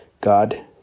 God